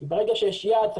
ברגע שיש יעד,